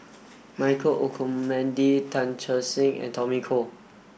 Michael Olcomendy Tan Che Sang and Tommy Koh